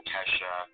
Kesha